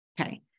Okay